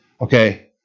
Okay